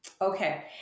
Okay